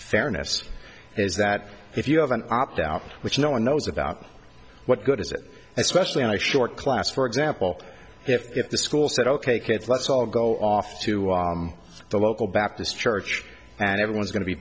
fairness is that if you have an opt out which no one knows about what good is it especially in a short class for example if the school said ok kids let's all go off to the local baptist church and everyone's going to be